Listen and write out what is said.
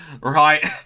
Right